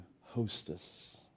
hostess